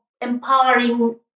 empowering